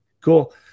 Cool